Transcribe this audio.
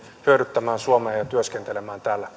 hyödyttämään suomea ja työskentelemään täällä